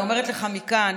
אני אומרת לך מכאן,